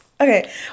okay